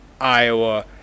Iowa